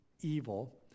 evil